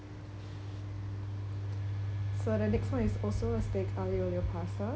so the next one is also a steak aglio olio pasta